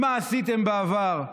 מה עשיתם בעבר?